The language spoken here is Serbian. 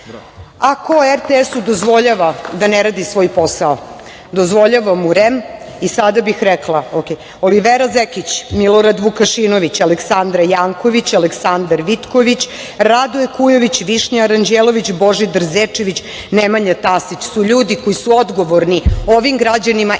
RTS-u dozvoljava da ne radi svoj posao? Dozvoljava mu REM i sada bih rekla – Olivera Zekić, Milorad Vukašinović, Aleksandra Janković, Aleksandar Vitković, Radoje Kujović, Višnja Ranđelović, Božidar Zečević, Nemanja Tasić su ljudi koji su odgovorni ovim građanima i